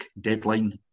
deadline